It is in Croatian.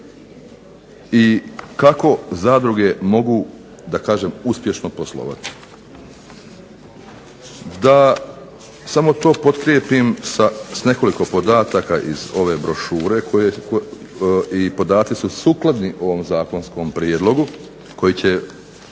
i kako zadruge mogu da kažem uspješno poslovati. Da samo to potkrijepim s nekoliko podataka iz ove brošure i podaci su sukladni ovom zakonskom prijedlogu koji će